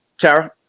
Tara